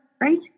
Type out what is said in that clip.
right